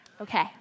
Okay